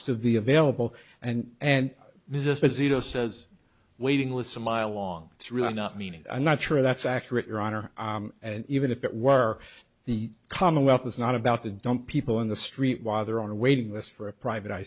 to be available and and this is busy doses waiting lists a mile long it's really not meaning i'm not sure that's accurate your honor and even if it were the commonwealth is not about to dump people in the street while they're on a waiting list for a private